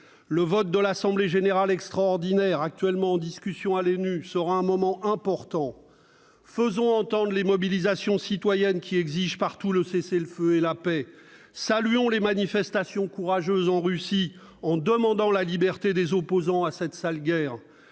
Le vote de l'assemblée générale extraordinaire en cours à l'ONU sera un moment important. Faisons entendre les mobilisations citoyennes qui exigent partout le cessez-le-feu et la paix. Saluons les manifestations courageuses en Russie en demandant la liberté des opposants à cette sale guerre.